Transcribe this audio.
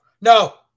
No